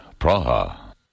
Praha